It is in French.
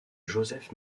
joseph